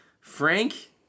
Frank